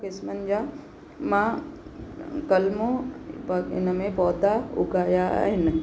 अलॻि अलॻि क़िस्मनि जा मां कलमू हिन में पौधा उगाया आहिनि